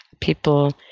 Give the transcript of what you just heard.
people